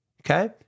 Okay